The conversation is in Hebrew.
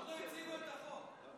החוקים הוצגו ונומקו